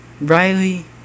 Riley